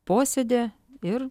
posėdį ir